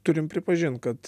turim pripažint kad